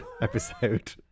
episode